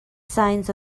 signs